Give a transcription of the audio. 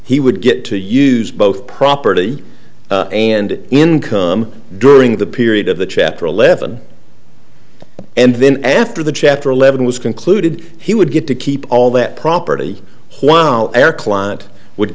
he would get to use both property and income during the period of the chapter eleven and then after the chapter eleven was concluded he would get to keep all that property while heir client would